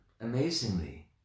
amazingly